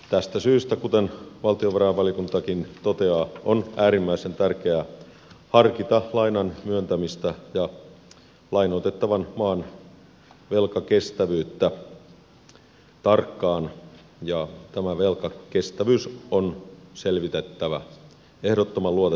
tästä syystä kuten valtiovarainvaliokuntakin toteaa on äärimmäisen tärkeää harkita lainan myöntämistä ja lainoitettavan maan velkakestävyyttä tarkkaan ja tämä velkakestävyys on selvitettävä ehdottoman luotettavasti